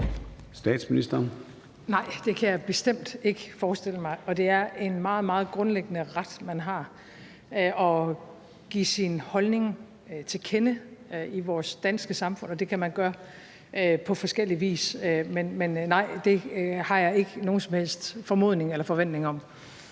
Frederiksen): Nej, det kan jeg bestemt ikke forestille mig. Det er en meget, meget grundlæggende ret, man har, at kunne give sin holdning til kende i vores danske samfund, og det kan man gøre på forskellig vis. Men nej, det har jeg ikke nogen som helst formodning eller forventning om.